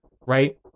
right